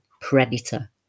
predator